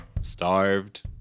Starved